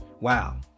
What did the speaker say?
Wow